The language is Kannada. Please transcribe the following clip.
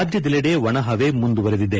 ರಾಜ್ಯದೆಲ್ಲಡೆ ಒಣಹವೆ ಮುಂದುವರೆದಿದೆ